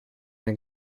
den